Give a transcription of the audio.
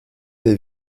des